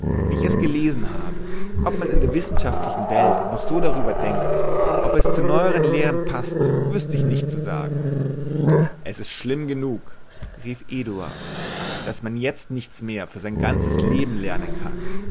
wie ich es gelesen habe ob man in der wissenschaftlichen welt noch so darüber denkt ob es zu den neuern lehren paßt wüßte ich nicht zu sagen es ist schlimm genug rief eduard daß man jetzt nichts mehr für sein ganzes leben lernen kann